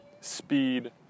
speed